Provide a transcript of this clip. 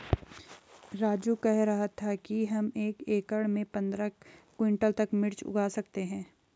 राजू कह रहा था कि हम एक एकड़ में पंद्रह क्विंटल तक मिर्च उगा सकते हैं